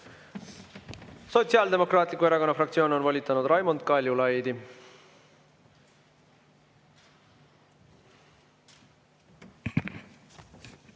Sotsiaaldemokraatliku Erakonna fraktsioon on volitanud Raimond Kaljulaidi.